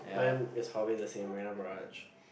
mine is probably the same Marina-Barrage